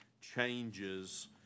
changes